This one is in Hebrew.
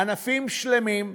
ענפים שלמים,